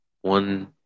one